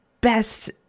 best